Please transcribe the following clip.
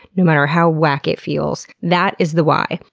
no matter how whack it feels that is the why.